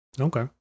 Okay